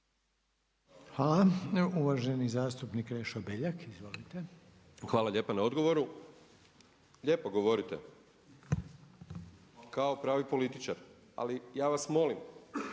Hvala. Uvaženi zastupnik Krešo Beljak. Izvolite. **Beljak, Krešo (HSS)** Hvala lijepa na odgovoru. Lijepo govorite, kao pravi političar ali ja vas molim,